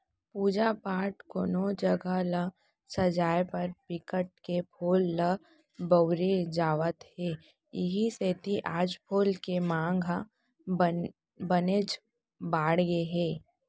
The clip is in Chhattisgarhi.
पूजा पाठ, कोनो जघा ल सजाय बर बिकट के फूल ल बउरे जावत हे इहीं सेती आज फूल के मांग ह बनेच बाड़गे गे हे